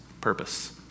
purpose